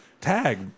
tag